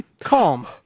Calm